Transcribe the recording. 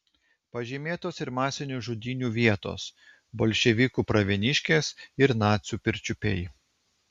pažymėtos ir masinių žudynių vietos bolševikų pravieniškės ir nacių pirčiupiai